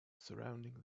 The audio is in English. surrounding